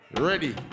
Ready